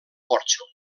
porxo